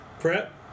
Prep